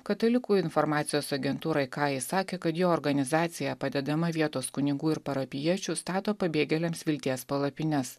katalikų informacijos agentūrai kaji sakė kad jo organizacija padedama vietos kunigų ir parapijiečių stato pabėgėliams vilties palapines